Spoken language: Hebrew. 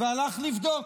והלך לבדוק.